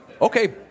Okay